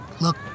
look